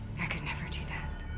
i could never do that.